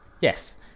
yes